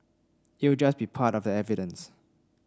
it will just be part of the evidence